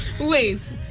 Wait